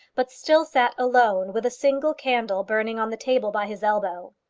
but still sat alone with a single candle burning on the table by his elbow.